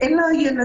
אין לה ילדים.